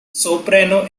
soprano